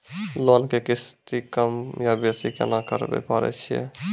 Loan के किस्ती कम या बेसी केना करबै पारे छियै?